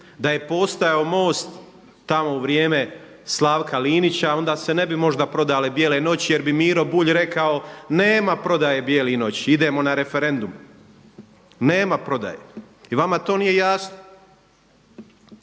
Da je postojao MOST tamo u vrijeme Slavka Linića onda se ne bi možda prodale bijele noći jer bi Miro Bulj rekao nema prodaje bijelih noći, idemo na referendum. Nema prodaje i vama to nije jasno.